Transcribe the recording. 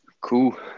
Cool